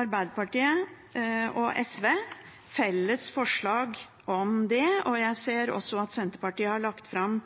Arbeiderpartiet og SV felles forslag om det. Jeg ser også at Senterpartiet har lagt fram